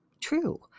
true